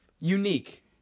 Unique